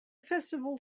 festival